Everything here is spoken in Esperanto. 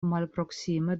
malproksime